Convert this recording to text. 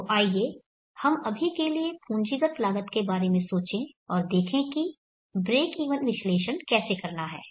तो आइए हम अभी के लिए पूंजीगत लागत के बारे में सोचें और देखें कि ब्रेकइवन विश्लेषण कैसे करना है